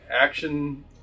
action